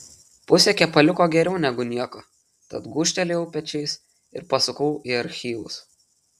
pusė kepaliuko geriau negu nieko tad gūžtelėjau pečiais ir pasukau į archyvus